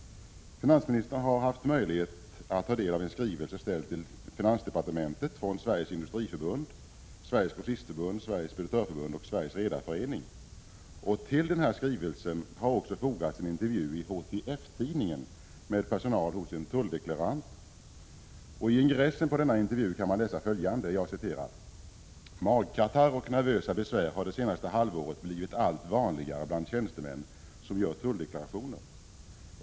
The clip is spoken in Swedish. Finansministern har haft möjlighet att ta del av en skrivelse ställd till finansdepartementet från Sveriges industriförbund, Sveriges grossistförbund, Sveriges speditörförbund samt Sveriges redareförening. Till denna skrivelse har det också fogats en intervju i HTF-tidningen med personal hos en tulldeklarant. I ingressen på denna intervju kan man läsa följande: Magkatarr och nervösa besvär har det senaste halvåret blivit allt vanligare bland tjänstemän som gör tulldeklarationer.